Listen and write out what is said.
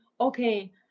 okay